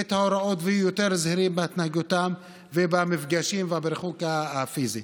את ההוראות ויהיו יותר זהירים בהתנהגותם ובמפגשים ובריחוק הפיזי.